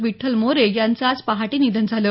विठ्ठल मोरे यांचं आज पहाटे निधन झालं